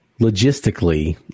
logistically